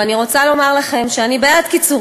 אני רוצה לומר לכם שאני בעד קיצור